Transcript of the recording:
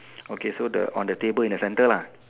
okay the so on the table in the center lah